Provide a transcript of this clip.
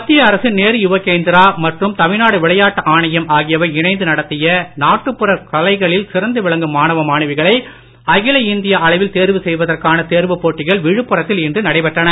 மத்திய அரசின் நேரு யுவகேந்திரா மற்றும் தமிழ்நாடு விளையாட்டு ஆணையம் ஆகியவை இணைந்து நடத்திய நாட்டுப்புற கலைகளில் சிறந்து விளங்கும் மாணவ மாணவிகளை அகில இந்திய அளவில் தேர்வு செய்வதற்கான தேர்வுப் போட்டிகள் விழுப்புரத்தில் இன்று நடைபெற்றது